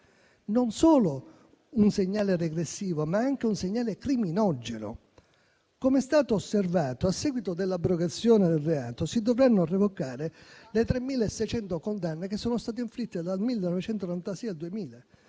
non solo un segnale regressivo, dunque, ma anche un segnale criminogeno. Com'è stato osservato, a seguito dell'abrogazione del reato, si dovranno revocare le 3.600 condanne che sono state inflitte dal 1996 al 2000,